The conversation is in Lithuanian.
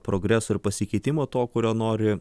progreso ir pasikeitimo to kurio nori